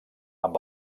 amb